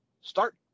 start